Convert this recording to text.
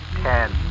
ten